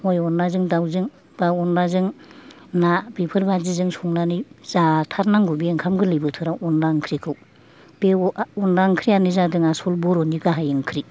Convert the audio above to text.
हय अनलाजों दावजों बा अनलाजों ना बेफोर बिदिजों संनानै जाथार नांगौ बे ओंखाम गोरलै बोथोराव अनला ओंख्रिखौ बे अनला ओंख्रियानो जादों आसल बर'नि गाहाय ओंख्रि